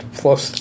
plus